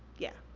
yeah.